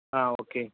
ആ ഓക്കെ